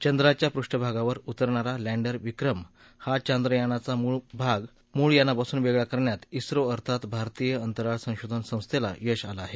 चंद्राच्या पृष्ठभागावर उतरणारा लँडर विक्रम हा चांद्रयानाचा भाग मूळ यानापासून वेगळा करण्यात उंत्रो अर्थात भारतीय अंतराळ संशोधन संस्थेला यश आलं आहे